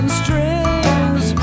strings